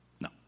no